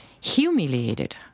humiliated